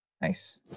Nice